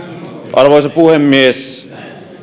arvoisa puhemies